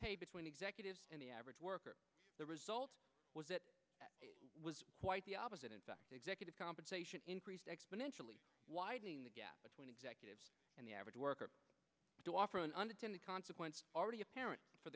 pay between executives and the average worker the result was that it was quite the opposite in fact executive compensation increased exponentially widening the gap between executives and the average worker do offer an unintended consequence already apparent for